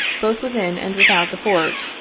both within and without the fort,